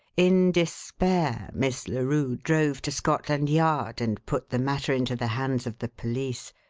in despair, miss larue drove to scotland yard and put the matter into the hands of the police,